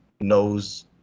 knows